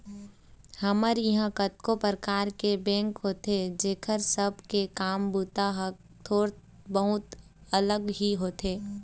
हमर इहाँ कतको परकार के बेंक होथे जेखर सब के काम बूता ह थोर बहुत अलग ही होथे